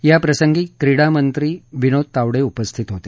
या प्रसंगी क्रीडा मंत्री विनोद तावडे उपस्थित होते